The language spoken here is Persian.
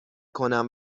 کنم